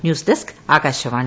news desk Akashvani